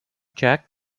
check